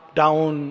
down